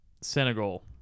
Senegal